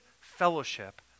fellowship